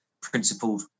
principled